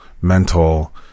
mental